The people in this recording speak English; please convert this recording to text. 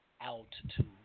altitude